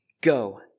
Go